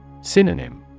Synonym